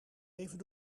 even